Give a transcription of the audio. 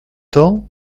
temps